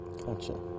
Gotcha